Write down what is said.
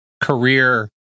career